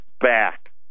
back